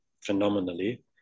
phenomenally